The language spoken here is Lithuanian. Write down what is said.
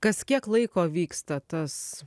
kas kiek laiko vyksta tas